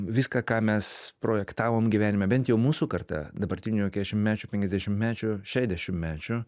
viską ką mes projektavom gyvenime bent jau mūsų karta dabartinių keturiasdešimtmečių penkiasdešimtmečių šešiasdešimtmečių